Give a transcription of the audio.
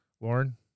Lauren